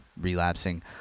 relapsing